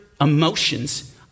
emotions